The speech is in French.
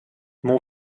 mon